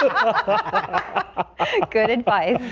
um haha. haha goodbye.